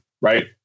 right